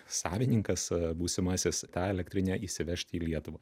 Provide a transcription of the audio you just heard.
savininkas būsimasis tą elektrinę įsivežt į lietuvą